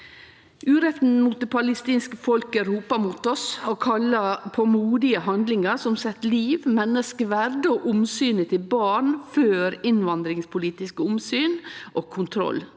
Uretten mot det palestinske folket ropar mot oss og kallar på modige handlingar som set liv, menneskeverd og omsynet til barn før innvandringspolitiske omsyn og kontroll.